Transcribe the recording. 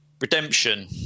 Redemption